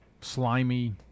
Slimy